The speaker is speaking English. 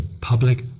public